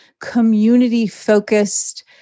community-focused